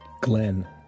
Glenn